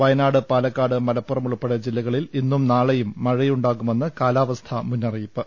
വയനാട് പാലക്കാട് മലപ്പുറം ഉൾപ്പെടെ ജില്ല കളിൽ ഇന്നും നാളെയും മഴയുണ്ടാകുമെന്ന് കാലാ വസ്ഥാ മുന്നറിയിപ്പ്